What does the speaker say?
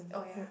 oh yeah